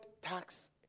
tax